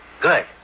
Good